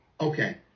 okay